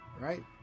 right